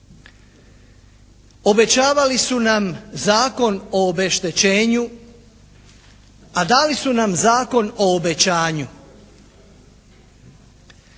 Obećavali su nam Zakon o obeštećenju, a dali su nam Zakon o obećanju.“